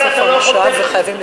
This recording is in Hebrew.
אתה לא יכול טכנית,